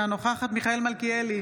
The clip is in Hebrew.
אינה נוכחת מיכאל מלכיאלי,